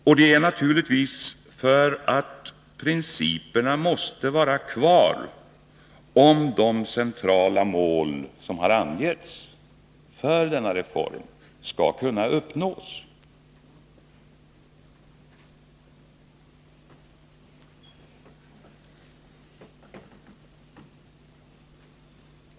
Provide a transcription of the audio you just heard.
Och principerna måste naturligtvis vara kvar, om de centrala mål som har angetts för denna reform skall kunna uppnås.